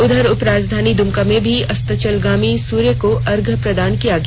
उधर उपराजधानी दुमका में भी अस्ताचलगामी सूर्य को अर्घ्य प्रदान किया गया